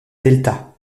delta